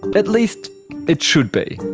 at least it should be.